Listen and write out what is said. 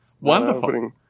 wonderful